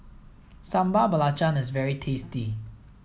Sambal Belacan is very tasty